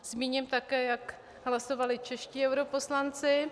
Zmíním také, jak hlasovali čeští europoslanci.